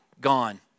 Gone